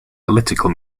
political